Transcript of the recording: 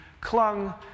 clung